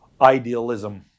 idealism